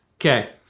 Okay